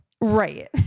right